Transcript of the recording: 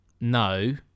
No